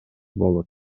болот